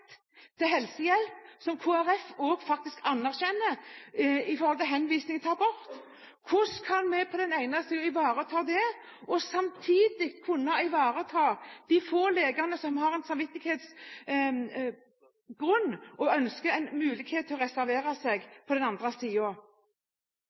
faktisk også Kristelig Folkeparti anerkjenner, samtidig som vi ivaretar de få legene som har en samvittighetsgrunn, og som ønsker en mulighet til å reservere seg,